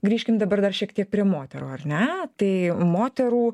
grįžkim dabar dar šiek tiek prie moterų ar ne tai moterų